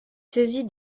saisi